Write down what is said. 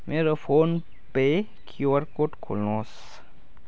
मेरो PhonePe QR code खोल्नुहोस्